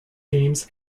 games